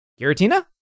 Giratina